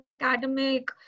academic